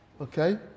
Okay